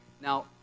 Now